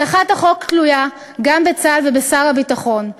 הצלחת החוק תלויה גם בצה"ל ובשר הביטחון.